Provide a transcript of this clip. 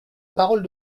parole